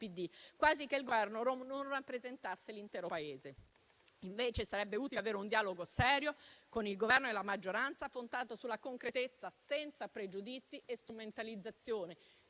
quasi che il Governo non rappresentasse l'intero Paese. Invece, sarebbe utile avere un dialogo serio, con il Governo e la maggioranza, fondato sulla concretezza, senza pregiudizi e strumentalizzazioni.